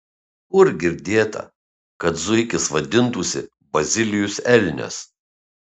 kur girdėta kad zuikis vadintųsi bazilijus elnias